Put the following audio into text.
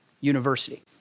university